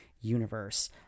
universe